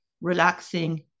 relaxing